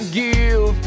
give